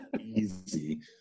easy